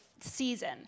season